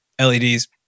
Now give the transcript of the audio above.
LEDs